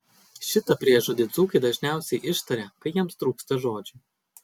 šitą priežodį dzūkai dažniausiai ištaria kai jiems trūksta žodžių